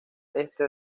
este